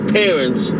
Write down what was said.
parents